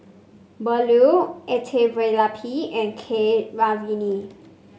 Bellur Elattuvalapil and Keeravani